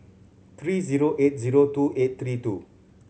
three zero eight zero two eight three two